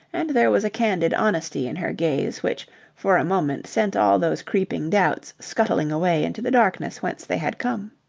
and there was a candid honesty in her gaze which for a moment sent all those creeping doubts scuttling away into the darkness whence they had come.